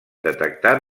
detectar